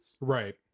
Right